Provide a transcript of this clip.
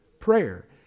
prayer